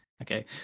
Okay